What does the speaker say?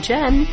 Jen